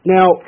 Now